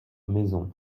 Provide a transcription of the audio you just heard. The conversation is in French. maison